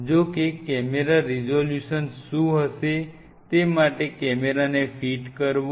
જો કે camera resolution શું હશે તે માટે કેમેરાને ફિટ કરવો